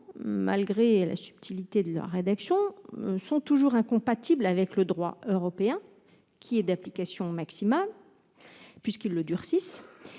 malgré la subtilité de leur rédaction, sont toujours incompatibles avec le droit européen, qui est d'application maximale. Ils le durcissent